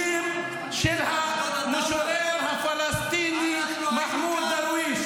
במילים של המשורר הפלסטיני מחמוד דרוויש.